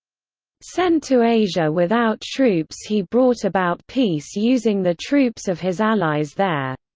sent to asia without troops he brought about peace using the troops of his allies there.